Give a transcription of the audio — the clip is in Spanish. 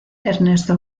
ernesto